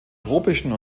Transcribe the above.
tropischen